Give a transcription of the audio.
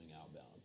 outbound